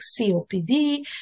COPD